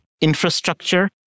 infrastructure